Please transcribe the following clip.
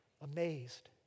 Amazed